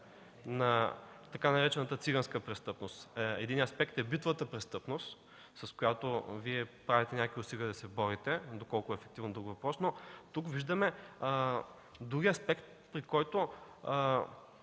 на така наречената циганска престъпност. Единият аспект е битовата престъпност, с която Вие правите някакви усилия да се борите – доколко е ефективно е друг въпрос, но тук виждаме другия аспект, при който